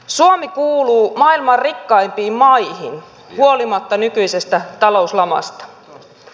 suomi kuuluu maailman rikkaimpiin maihin huolimatta nykyisestä talouslamasta